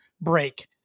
break